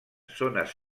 zones